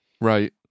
Right